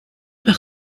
par